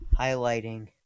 highlighting